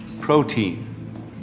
protein